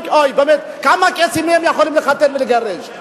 או באמת, כמה קייסים יכולים לחתן ולגרש?